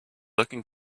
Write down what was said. looking